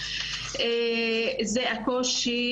זהו הקושי